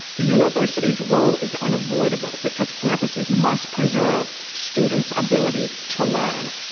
the university's role is unavoidable because campuses must preserve students' ability to learn.